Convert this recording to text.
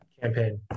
Campaign